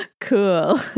cool